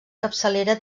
capçalera